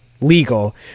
legal